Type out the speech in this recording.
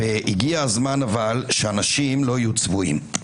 הגיע הזמן שאנשים לא יהיו צבועים,